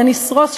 דניס רוס,